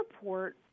report